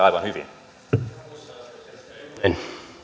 aivan hyvin